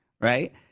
right